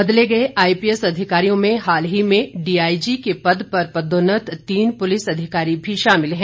बदले गए आईपीएस अधिकारियों में हाल ही में डीआईजी के पद पर पदोन्नत तीन पुलिस अधिकारी भी शामिल हैं